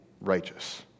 righteous